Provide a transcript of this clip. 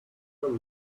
peter